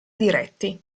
diretti